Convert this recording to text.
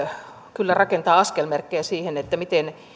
kyllä rakentaa askelmerkkejä siihen miten